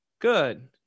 Good